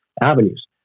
avenues